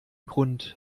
grund